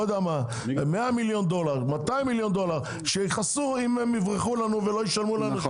שיכסו במידה והן יברחו ולא ישלמו לנו.